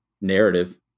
narrative